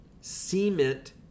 cement